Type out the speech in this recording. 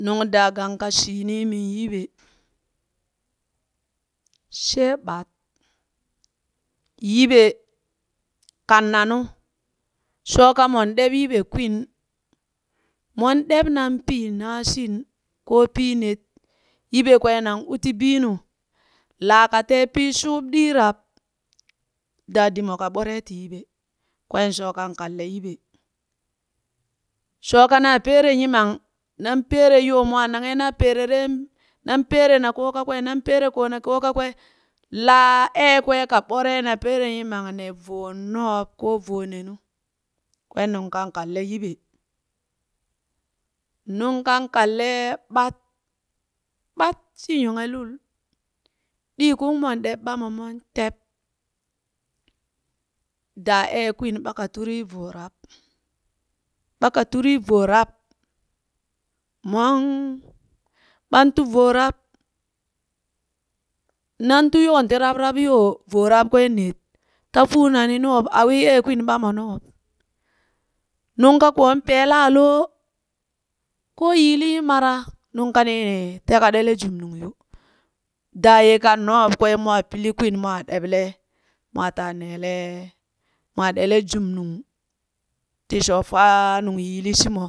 Nungdaagang ka shii niimin yiɓe she ɓad, yiɓe kannanu shoka mon ɓeb yiɓe kwin mon ɗebnan pii naashin koo piined yiɓe kwee nan u ti bii nu laa katee pii shubɗiirab, daadimo ka bore ti yiɓe kwen shoo kaŋ kanle yiɓe shoo ka na peere nyimam nan peere yoo mwaa naghe naa perere, nan peere na koo kaawee nan peere ko na koo kakwee laa ee kwee ka ɓore na peere yimam ne voo noob koo vo ned nu, kween nung kan kanle yiɓe. Nungkan kanle ɓat, ɓat shi nyonghe lul, ɗiikung mon ɗeb ɓamo mon teb, daa ee kwin ɓa ka turii voo rab ɓa ka turii voo rab, mon, ɓan tu voo raab nan tu yoon ti rab- rab yoo voo rab kween ned, ta fuuna ni noob, awii ee kwin ɓa mo nob. Nungkakoo pelaa loo ko yiili yi mara nungkanii te ka ɗeele jumnung yo, daa ye ka nob kwaa mwaa pili kwin mwaa neble mwaa ta nele mwaa ɗele jumnung ti shoo faa nung yilii shimo